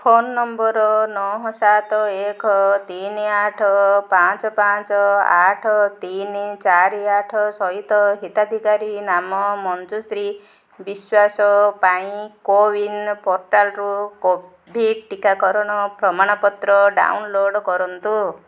phone number ନଅ ସାତ ଏକ ତିନି ଆଠ ପାଞ୍ଚ ପାଞ୍ଚ ଆଠ ତିନି ଚାରି ଆଠ ସହିତ ହିତାଧିକାରୀ ନାମ ମଞ୍ଜୁଶ୍ରୀ ବିଶ୍ୱାସ ପାଇଁ କୋୱିନ୍ ପୋର୍ଟାଲ୍ରୁ କୋଭିଡ଼୍ ଟିକାକରଣ ପ୍ରମାଣପତ୍ର ଡ଼ାଉନଲୋଡ଼୍ କରନ୍ତୁ